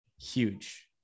Huge